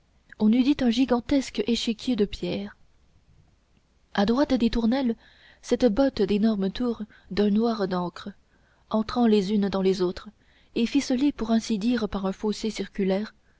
on eût dit un gigantesque échiquier de pierre à droite des tournelles cette botte d'énormes tours d'un noir d'encre entrant les unes dans les autres et ficelées pour ainsi dire par un fossé circulaire